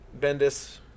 Bendis